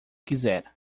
quiser